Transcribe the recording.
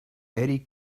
eddy